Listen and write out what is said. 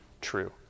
true